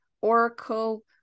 oracle